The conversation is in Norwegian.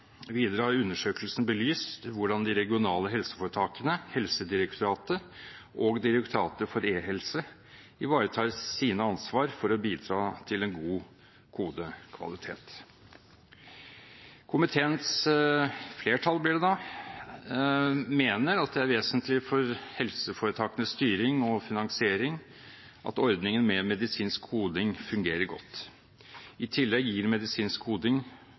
Videre har undersøkelsen belyst hvordan de regionale helseforetakene, Helsedirektoratet og Direktoratet for e-helse ivaretar sitt ansvar for å bidra til en god kodekvalitet. Komiteens flertall – blir det, da – mener at det er vesentlig for helseforetakenes styring og finansiering at ordningen med medisinsk koding fungerer godt. I tillegg gir medisinsk koding